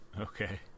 Okay